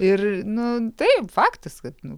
ir nu taip faktas kad nu